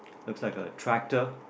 looks like a tractor